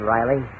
Riley